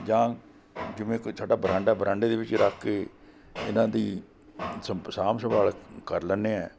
ਜਾਂ ਜਿਵੇਂ ਕੋਈ ਸਾਡਾ ਬਰਾਂਡਾ ਬਰਾਂਡੇ ਦੇ ਵਿੱਚ ਰੱਖ ਕੇ ਇਹਨਾਂ ਦੀ ਸਭ ਸਾਂਭ ਸੰਭਾਲ ਕਰ ਲੈਂਦੇ ਹਾਂ